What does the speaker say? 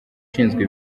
ishinzwe